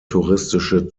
touristische